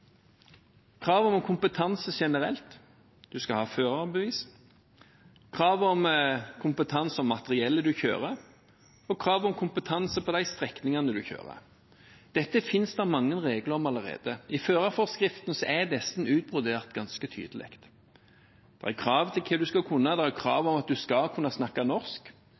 krav om kompetanse generelt, en skal ha førerbevis, krav om kompetanse om materiellet en kjører, og krav om kompetanse på de strekningene en kjører. Dette finnes det mange regler om allerede. I førerforskriften er dette utbrodert ganske tydelig. Det er krav til hva du skal kunne, det er krav om at du skal kunne snakke norsk.